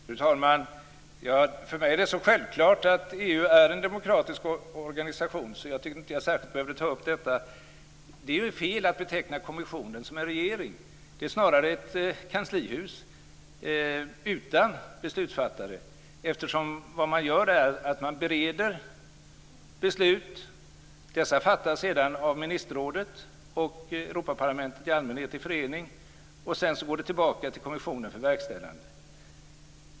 Fru talman! För mig är det så självklart att EU är en demokratisk organisation att jag inte tyckte att jag särskilt behövde ta upp detta. Det är fel att beteckna kommissionen som en regering. Det är snarare ett kanslihus utan beslutsfattare. Vad man gör där är att man bereder beslut. Dessa beslut fattas sedan av ministerrådet och Europaparlamentet, i allmänhet i förening. Sedan går de tillbaka till kommissionen för verkställande.